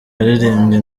yaririmbye